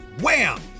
wham